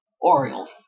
Orioles